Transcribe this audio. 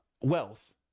wealth